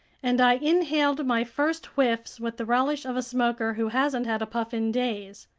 and i inhaled my first whiffs with the relish of a smoker who hasn't had a puff in days.